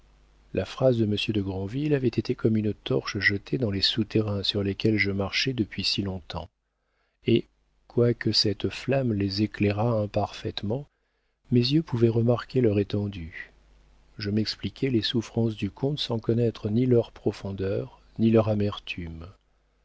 la phrase de monsieur de grandville avait été comme une torche jetée dans les souterrains sur lesquels je marchais depuis si longtemps et quoique cette flamme les éclairât imparfaitement mes yeux pouvaient remarquer leur étendue je m'expliquai les souffrances du comte sans connaître ni leur profondeur ni leur amertume